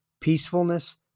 peacefulness